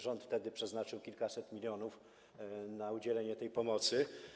Rząd wtedy przeznaczył kilkaset milionów na udzielenie pomocy.